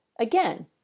again